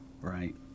Right